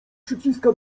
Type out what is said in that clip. przyciska